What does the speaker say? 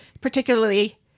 Particularly